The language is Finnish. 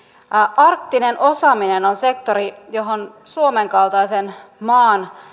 arktinen osaaminen on sektori johon suomen kaltaisen maan